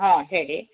ಹಾಂ ಹೇಳಿ